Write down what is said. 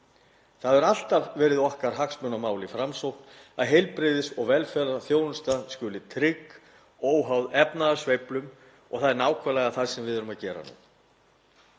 Það hefur alltaf verið okkar hagsmunamál í Framsókn að heilbrigðis- og velferðarþjónusta skuli tryggð, óháð efnahagssveiflum, og það er nákvæmlega það sem við erum að gera.